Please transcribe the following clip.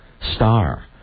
star